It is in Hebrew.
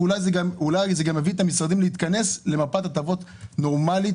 ואולי זה גם יביא את המשרדים להתכנס למפת הטבות נורמלית,